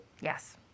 Yes